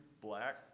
black